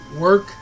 work